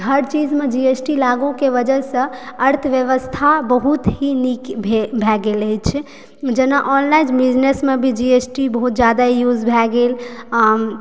हर चीजमे जीएसटीके लागूके वजहसँ अर्थव्यवस्था बहुत ही नीक भए गेल अछि जेना ऑनलाइन बिजनेसमे भी जीएसटी बहुत जादा युज भए गेल आ